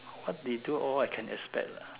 what they do all I can expect lah